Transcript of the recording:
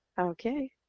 Okay